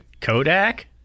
Kodak